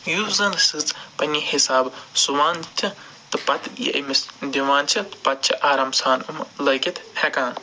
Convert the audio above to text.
یُس زن سٕژ پنٛنہِ حِساب سُوان تہٕ تہٕ پتہٕ یہِ أمِس دِوان چھِ پتہِ چھِ آرام سان یِمہٕ لٲگِتھ ہٮ۪کان